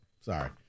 Sorry